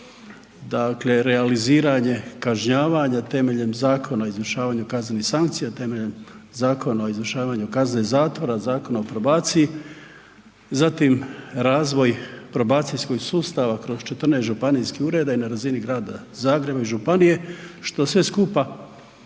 dakle realiziranje kažnjavanja temeljem Zakona o izvršavanju kaznenih sankcija, temeljem Zakona o izvršavanju kazne zatvora, Zakona o probaciji, zatim razvoj probacijskog sustava kroz 14 županijskih ureda i na razini Grana Zagreba i županije, što sve skupa